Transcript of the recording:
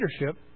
leadership